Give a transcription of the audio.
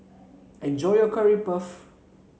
enjoy your Curry Puff